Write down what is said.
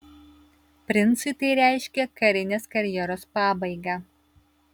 princui tai reiškė karinės karjeros pabaigą